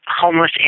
homeless